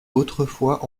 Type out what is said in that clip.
autrefois